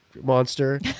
monster